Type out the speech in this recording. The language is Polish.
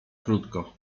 krótko